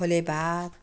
खोले भात